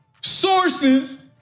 Sources